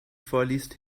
vorliest